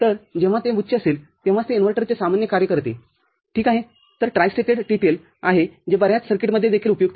तर हे tri stated TTL आहेजे बर्याच सर्किटमध्येदेखील उपयुक्त आहे